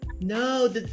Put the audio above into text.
No